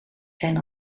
zijn